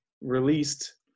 released